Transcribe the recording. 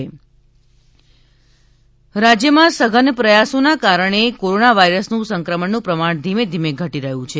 corona રાજ્યમાં સઘન પ્રયાસોના કારણે કોરોના વાયરસનું સંક્રમણનું પ્રમાણ ધીમે ધીમે ઘટી રહ્યું છે